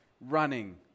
running